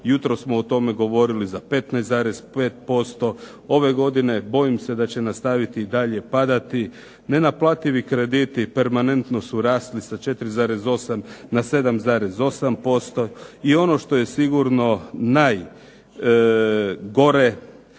Jutros smo o tome govorili, za 15,5%. Ove godine bojim se da će nastaviti i dalje padati. Nenaplativi krediti permanentno su rasli sa 4,8 na 7,8%. I ono što je sigurno najgore